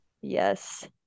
yes